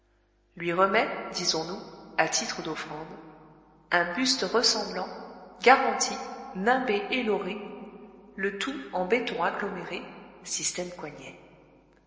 lui remet disons-nous à titre d'offrande un buste ressemblant garanti nimbé et lauré le tout en béton aggloméré